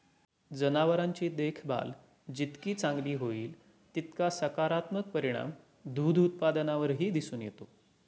जनावरांची देखभाल जितकी चांगली होईल, तितका सकारात्मक परिणाम दूध उत्पादनावरही दिसून येतो